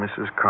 Mrs